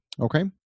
Okay